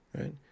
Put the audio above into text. Right